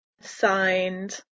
signed